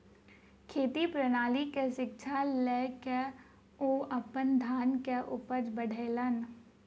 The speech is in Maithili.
खेती प्रणाली के शिक्षा लय के ओ अपन धान के उपज बढ़ौलैन